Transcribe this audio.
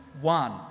one